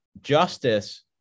justice